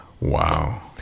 Wow